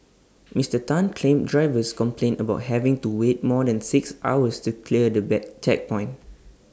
Mister Tan claimed drivers complained about having to wait more than six hours to clear the back checkpoint